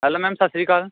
hello ma'am ਸਤਿ ਸ਼੍ਰੀ ਅਕਾਲ